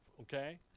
okay